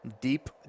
deep